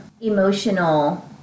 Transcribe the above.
emotional